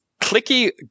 Clicky